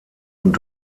und